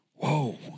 whoa